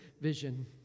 vision